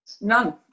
none